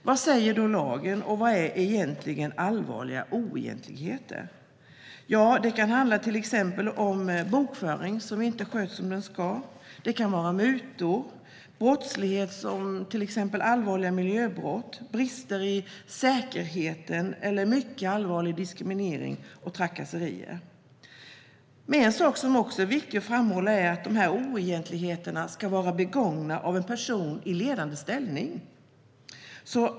Vad säger då lagen, och vad är egentligen allvarliga oegentligheter? Det kan till exempel handla om bokföring som inte sköts som den ska. Det kan vara mutor, brottslighet som allvarliga miljöbrott, brister i säkerheten eller mycket allvarlig diskriminering eller trakasserier. En sak som är viktig att framhålla är att dessa oegentligheter ska vara begångna av en person i ledande ställning.